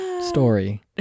story